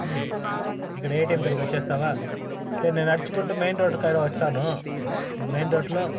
ఇక్కడ ఏటీఎం కాడికి వచ్చేస్తావా సరే నేను నడుచుకుంటు మెయిన్ రోడ్ కాడా వస్తాను నువ్వు మెయిన్ రోడ్లో